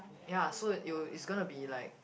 ya so you is gonna to be like